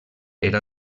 era